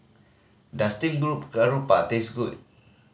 does steamed group garoupa taste good